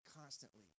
constantly